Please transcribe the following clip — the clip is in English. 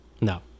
No